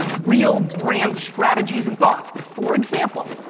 real brand strategies and thoughts. for example,